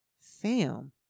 Fam